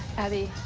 abby,